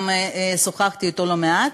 ששוחחתי אתו לא מעט,